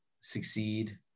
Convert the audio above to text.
succeed